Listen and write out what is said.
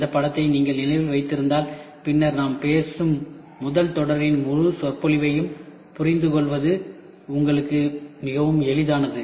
இந்த படத்தை நீங்கள் நினைவில் வைத்திருந்தால் பின்னர் நாம் பேசும் முதல் தொடரின் முழு சொற்பொழிவையும் புரிந்துகொள்வது உங்களுக்கு மிகவும் எளிதானது